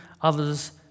others